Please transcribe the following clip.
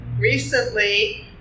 Recently